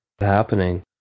happening